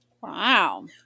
Wow